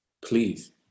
please